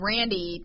Randy